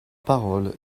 parole